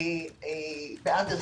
אופטימלי באנדרסטייטמנט,